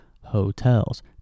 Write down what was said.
hotels